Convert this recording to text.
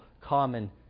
common